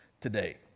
today